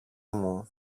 μου